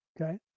Okay